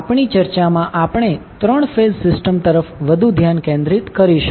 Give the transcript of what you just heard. આપણી ચર્ચામાં આપણે 3 ફેઝ સિસ્ટમ તરફ વધુ ધ્યાન કેન્દ્રિત કરીશું